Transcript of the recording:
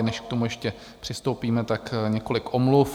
Než k tomu ještě přistoupíme, několik omluv.